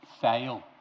fail